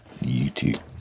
YouTube